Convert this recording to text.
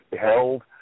held